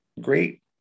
great